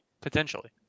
potentially